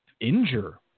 injure